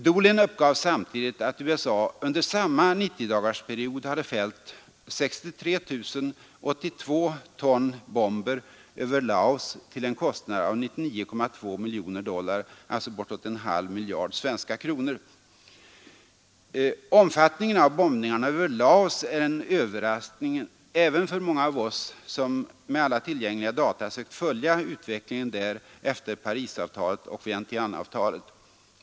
Doolin uppgav samtidigt att USA under samma 90-dagarsperiod hade fällt 63 082 ton bomber över Laos till en kostnad av 99,2 miljoner dollar, alltså bortåt en halv miljard svenska kronor. Omfattningen av dessa bombningar över Laos är en överraskning även för många av oss som med alla tillgängliga data sökt följa utvecklingen där efter Parisavtalet och Vientianeavtalet.